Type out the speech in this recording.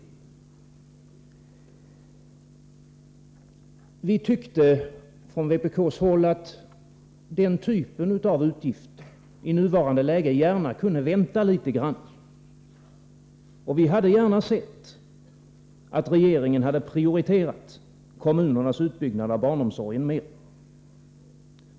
Vi tyckte från vpk-håll att den typen av utgifter i nuvarande läge gärna kunde vänta litet grand. Vi hade gärna sett att regeringen hade prioriterat kommunernas utbyggnad av barnomsorgen mera.